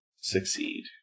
succeed